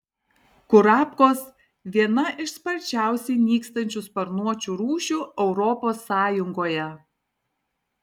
kurapkos viena iš sparčiausiai nykstančių sparnuočių rūšių europos sąjungoje